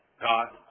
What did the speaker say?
God